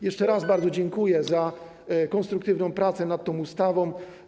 Jeszcze raz bardzo dziękuję za konstruktywną pracę nad tą ustawą.